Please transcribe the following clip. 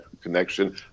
connection